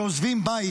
שעוזבים בית,